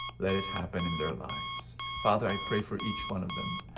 let it happen in their lives. father, i pray for each one of them.